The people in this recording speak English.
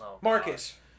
Marcus